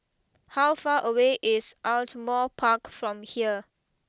how far away is Ardmore Park from here